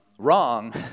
wrong